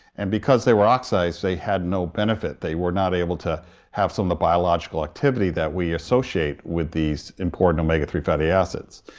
and because they were oxides they had no benefit, they were not able to have some of the biological activity that we associate with these important omega three fatty acids.